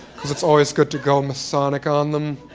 because it's always good to go masonic on them.